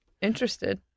Interested